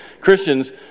Christians